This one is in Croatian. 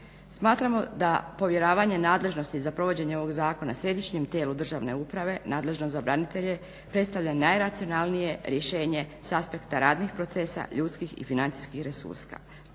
Smatramo da povjeravanje nadležnosti za provođenje ovog zakona Središnjem tijelu državne uprave nadležnom za branitelje predstavlja najracionalnije rješenje s aspekta radnih procesa, ljudskih i financijskih resursa.